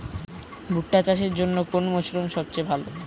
ভুট্টা চাষের জন্যে কোন মরশুম সবচেয়ে ভালো?